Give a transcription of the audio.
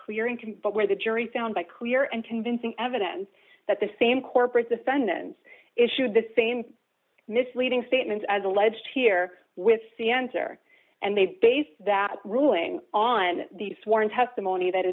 clearing can but where the jury found by clear and convincing evidence that the same corporate defendants issued the same misleading statements as alleged here with the enter and they base that ruling on the sworn testimony that